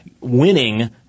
winning